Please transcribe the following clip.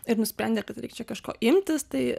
ir nusprendė kad reik čia kažko imtis tai